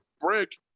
break